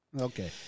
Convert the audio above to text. Okay